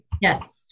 Yes